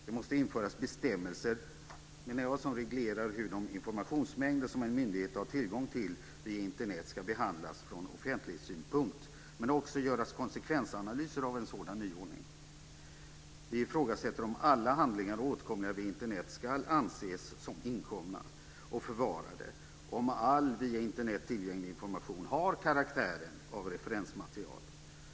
Det måste införas bestämmelser som reglerar hur de informationsmängder som en myndighet har tillgång till via Internet ska behandlas från offentlighetssynpunkt, men också göras konsekvensanalyser av en sådan nyordning. Vi ifrågasätter om alla handlingar åtkomliga via Internet ska anses som inkomna och förvarade och om all via Internet tillgänglig information har karaktären av referensmaterial.